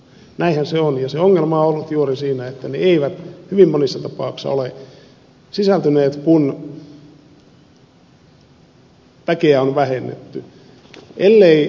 näinhän se on ja se ongelma on ollut juuri siinä että ne eivät hyvin monissa tapauksissa ole sisältyneet kun väkeä on vähennetty